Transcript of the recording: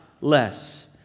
less